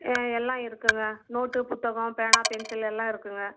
ஆ எல்லாம் இருக்குங்க நோட்டு புத்தகம் பேனா பென்சில் எல்லாம் இருக்குதுங்க